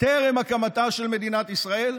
טרם הקמתה של מדינת ישראל,